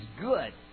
good